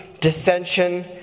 dissension